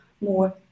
more